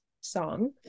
song